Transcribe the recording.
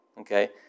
okay